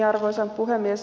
arvoisa puhemies